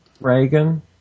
Reagan